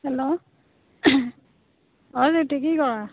hello অঁ জ্যোতি কি ক